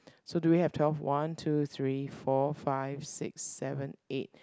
so do we have twelve one two three four five six seven eight